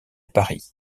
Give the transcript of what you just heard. paris